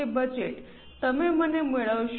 budget તમે મને મેળવશો